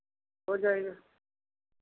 हो जायगा